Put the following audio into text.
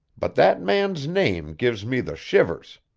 but that man's name gives me the shivers.